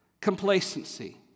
complacency